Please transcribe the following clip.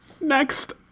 Next